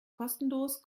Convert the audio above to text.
kostenlos